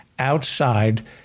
outside